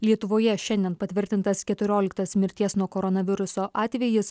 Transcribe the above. lietuvoje šiandien patvirtintas keturioliktas mirties nuo koronaviruso atvejis